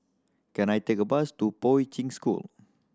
can I take a bus to Poi Ching School